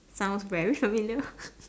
sounds very familiar